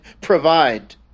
provide